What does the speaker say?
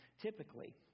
typically